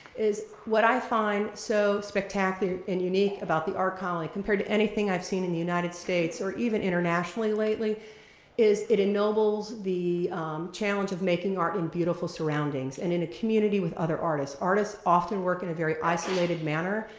is what i find so spectacular and unique about the art colony compared to anything i've seen in the united states or even internationally lately is it ennobles the challenge of making art in beautiful surroundings, and in a community of other artists. artists often work in a very isolated manner,